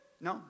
No